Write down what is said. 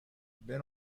been